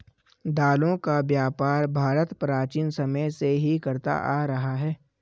दालों का व्यापार भारत प्राचीन समय से ही करता आ रहा है